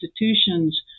institutions